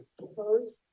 Opposed